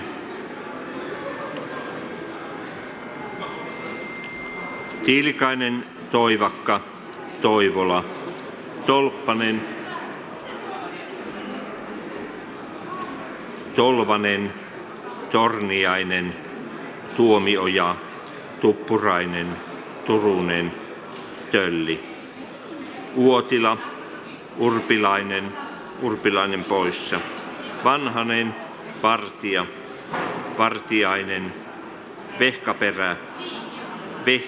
tuomo puumala kaj turunen sinuhe wallinheimo och kristiina salonen